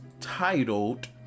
titled